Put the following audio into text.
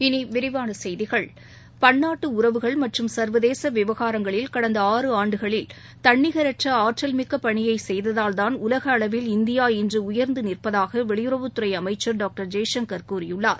இனி விரிவான செய்திகள் பன்னாட்டு உறவுகள் மற்றும் சர்வதேச விவகாரங்களில் கடந்த ஆறு ஆண்டுகளில் தன்னிகரற்ற ஆற்றல் மிக்கப் பணியை செய்ததால்தான் உலக அளவில் இந்தியா இன்று உயர்ந்து நிற்பதாக வெளியுறவுத்துறை அமைச்சர் டாக்டர் ஜெய்சங்கர் கூறியுள்ளார்